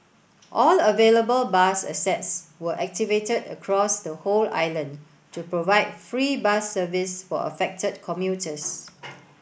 all available bus assets were activated across the whole island to provide free bus service for affected commuters